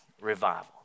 revival